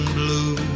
blue